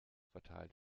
verteilt